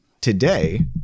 today